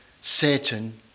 Satan